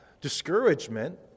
discouragement